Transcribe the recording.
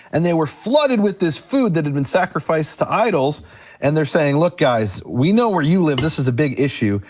and they were flooded with this food that had been sacrificed to idols and they're saying look, guys, we know where you live this is a big issue,